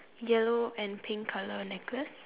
yellow and pick colour necklace